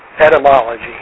Etymology